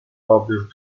publish